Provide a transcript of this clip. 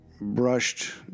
brushed